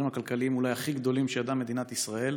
הכלכליים אולי הכי גדולים שידעה מדינת ישראל,